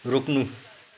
रोक्नु